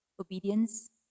Obedience